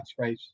catchphrase